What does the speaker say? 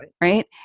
Right